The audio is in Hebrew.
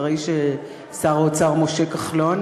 אחרי ששר האוצר משה כחלון